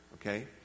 Okay